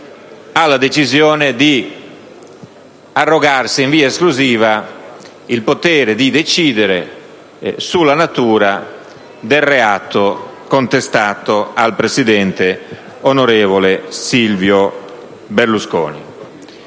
alla decisione di arrogarsi in via esclusiva il potere di decidere sulla natura del reato contestato al presidente del Consiglio, onorevole Silvio Berlusconi.